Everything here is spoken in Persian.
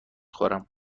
خورم